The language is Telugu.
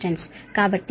కాబట్టి I IR IS సరైనది